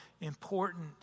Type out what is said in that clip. important